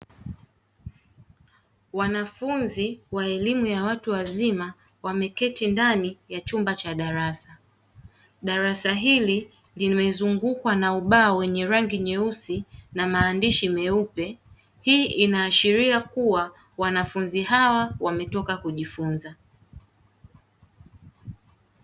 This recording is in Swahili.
Wanafunzi wa elimu ya watu wazima wameketi ndani ya chumba cha darasa, darasa hili limezungukwa na ubao wenye rangi nyeusi na maandishi meupe hii inaashiria kuwa wanafunzi hawa wametoka kujifunza.